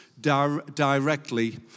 directly